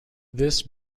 this